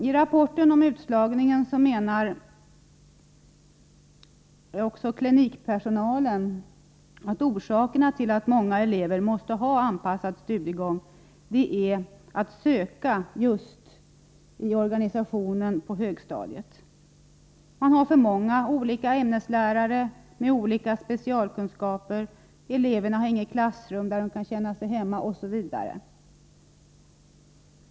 I rapporten om utslagningen menar också klinikpersonalen att orsakerna till att många elever måste ha anpassad studiegång är att söka just i organisationen av högstadiet. Man har för många ämneslärare med skilda specialkunskaper, eleverna har inget eget klassrum där de kan känna sig hemma osv.